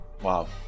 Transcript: Wow